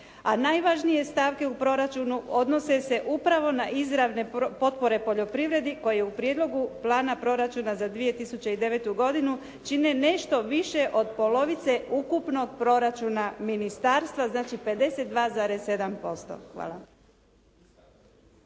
najvažnije stavke u proračunu odnose se upravo na izravne potpore poljoprivredi koje u prijedlogu plana proračuna za 2009. godinu čine nešto više od polovice ukupnog proračuna ministarstva, znači 52,7%. Hvala.